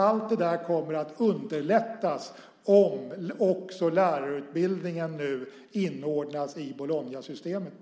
Allt det där kommer att underlättas om också lärarutbildningen nu inordnas i Bolognasystemet.